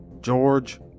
George